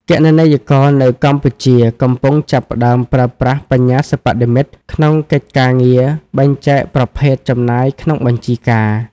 គណនេយ្យករនៅកម្ពុជាកំពុងចាប់ផ្តើមប្រើប្រាស់បញ្ញាសិប្បនិម្មិត ក្នុងកិច្ចការងារបែងចែកប្រភេទចំណាយក្នុងបញ្ជីការ។